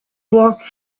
walked